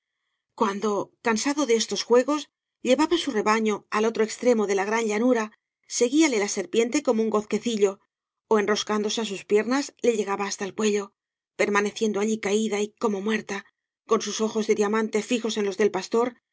cuando cansado de estes juegos llevaba su rebaño ai otro canas t barro extremo de la gran llanura seguíale la serpiente como un gozquecillo ó enroscándose á sus piernas le llegaba hasta el cuello permaneciendo allí caída y como muerta con sus ojos de diamante fijos en los del pastor